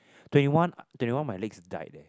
twenty one twenty one my legs died leh